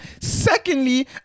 Secondly